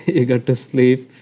you got to sleep